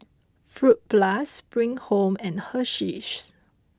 Fruit Plus Spring Home and Hersheys